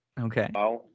Okay